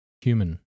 human